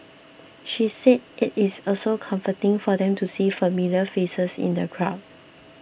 she said it is also comforting for them to see familiar faces in the crowd